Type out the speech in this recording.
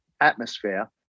atmosphere